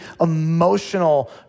emotional